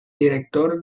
director